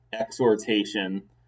exhortation